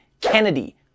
Kennedy